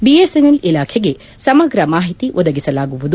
BSNL ಇಲಾಖೆಗೆ ಸಮಗ್ರ ಮಾಹಿತಿ ಒದಗಿಸಲಾಗುವುದು